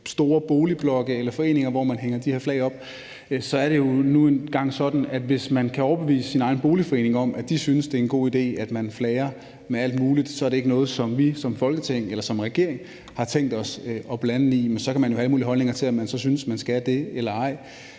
store boligblokke eller foreninger, hvor man hænger de her flag op, så er det jo nu engang sådan, at hvis man kan overbevise sin egen boligforening om, at det er en god idé, at man flager med al muligt, er det ikke noget, som vi som Folketing eller som regering har tænkt os at blande os i. Så kan man have alle mulige holdninger til, om man skal gøre det eller ej,